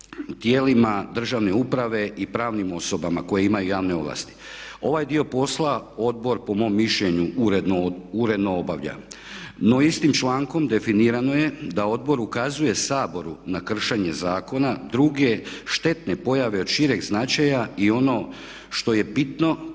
tijelima državne uprave i pravnim osobama koje imaju javne ovlasti. Ovaj dio posla odbor po mom mišljenju uredno obavlja. No istim člankom definirano je da odbor ukazuje Saboru na kršenje zakona i druge štetne pojave od šireg značaja i ono što je bitno